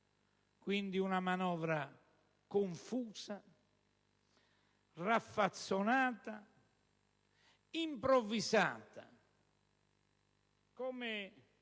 Quindi, è una manovra confusa, raffazzonata, improvvisata, come